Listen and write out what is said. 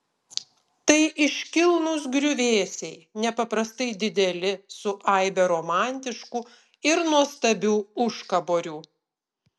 tai iškilnūs griuvėsiai nepaprastai dideli su aibe romantiškų ir nuostabių užkaborių